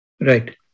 Right